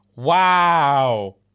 Wow